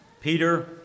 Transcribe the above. Peter